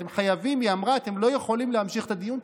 היא אמרה שאתם לא יכולים להמשיך את הדיון,